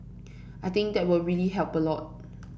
I think that will really help a lot